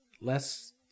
Less